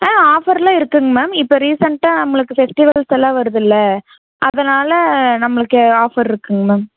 ஆ ஆஃபர்லாம் இருக்குதுங்க மேம் இப்போ ரீசண்ட்டாக நம்மளுக்கு ஃபெஸ்டிவல்ஸ் எல்லாம் வருது இல்லே அதனால் நம்மளுக்கு ஆஃபர் இருக்குதுங்க மேம்